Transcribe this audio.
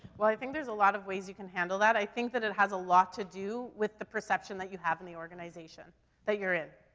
well i think there's a lot of ways you can handle that. i think that it has a lot to do with the perception that you have in the organization that you're in.